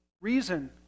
reason